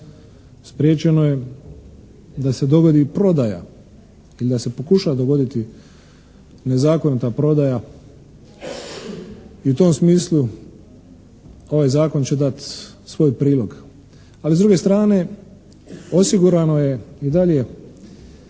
Spriječeno je da se dogodi prodaja ili da se pokuša dogoditi nezakonita prodaja i u tom smislu ovaj zakon će dati svoj prilog, ali s druge strane osigurano je i dalje